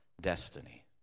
destiny